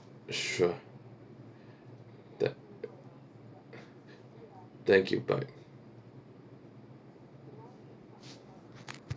sure tha~ thank you bye